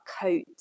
coat